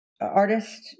artist